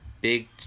big